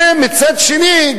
ומצד שני,